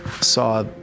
saw